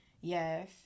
Yes